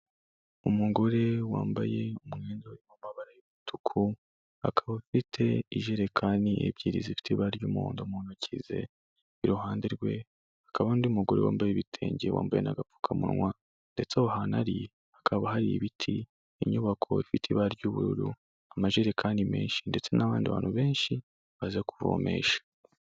Umugore wambaye umwenda urimo amabara y'umutuku, akaba afite ijerekani ebyiri zifite ibara ry'umuhondo mu ntoki ze, iruhande rwe hakaba hari undi mugore wambaye ibitenge, wambaye n'agapfukamunwa, ndetse aho hantu ari hakaba hari ibiti, inyubako ifite ibara ry'ubururu, amajerekani menshi ndetse n'abandi bantu benshi baza kuvomesha.